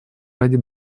ради